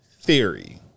Theory